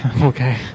Okay